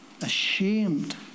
Ashamed